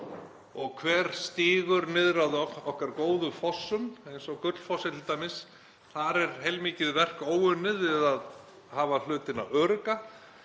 Hver stígur niður að okkar góðu fossum, eins og Gullfossi t.d., þar er heilmikið verk óunnið við að hafa hlutina örugga.